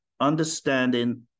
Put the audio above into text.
understanding